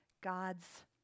God's